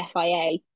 FIA